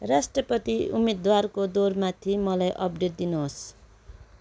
राष्ट्रपति उम्मेद्वारको दौडमाथि मलाई अपडेट दिनुहोस्